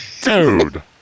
Dude